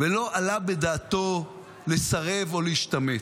ולא עלה בדעתו לסרב או להשתמט.